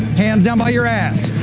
hands down by your ass!